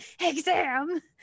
exam